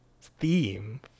theme